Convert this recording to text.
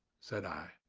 said i.